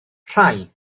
rhai